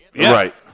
Right